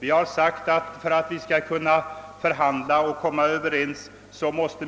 Vi har uttalat att ni för att vi skall kunna förhandla och komma överens med er måste